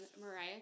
Mariah